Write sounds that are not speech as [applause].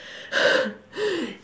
[laughs]